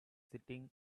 sitting